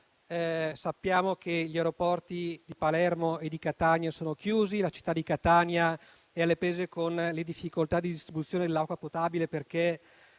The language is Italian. sappiamo che gli aeroporti di Palermo e di Catania sono chiusi; la città di Catania è alle prese con difficoltà di distribuzione dell'acqua potabile, perché